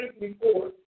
report